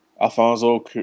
Alfonso